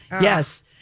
Yes